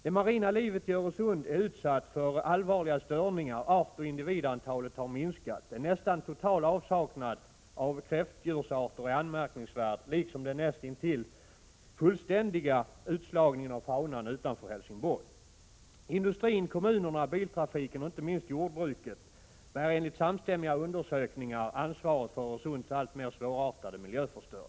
Det marina livet i Öresund är utsatt för allvarliga störningar. Artoch individantalet har minskat. En nästan total avsaknad av kräftdjursarter är anmärkningsvärd, liksom den näst intill fullständiga utslagningen av faunan utanför Helsingborg. Industrin, kommunerna, biltrafiken och inte minst jordbruket bär enligt samstämmiga undersökningar ansvaret för Öresunds alltmer svårtartade miljöförstöring.